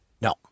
No